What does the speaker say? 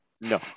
no